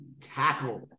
tackle